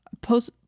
post